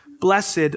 Blessed